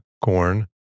corn